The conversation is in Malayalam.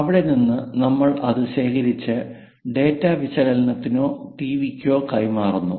അവിടെ നിന്ന് നമ്മൾ അത് ശേഖരിച്ച് ഡാറ്റ വിശകലനത്തിനോ ടിവിക്കോ കൈമാറുന്നു